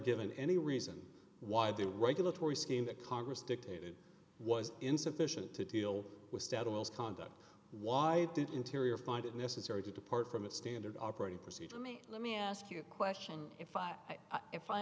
given any reason why the regulatory scheme that congress dictated was insufficient to deal with data will conduct why did interior find it necessary to depart from a standard operating procedure me let me ask you a question if i if i